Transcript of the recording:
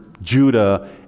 Judah